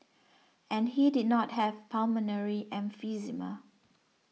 and he did not have pulmonary emphysema